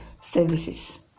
services